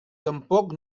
tampoc